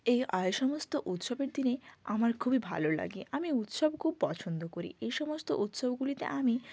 এই সমস্ত উৎসবের দিনে আমার খুবই ভালো লাগে আমি উৎসব খুব পছন্দ করি এই সমস্ত উৎসবগুলিতে আমি